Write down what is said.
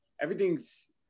everything's